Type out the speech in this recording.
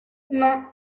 non